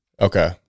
Okay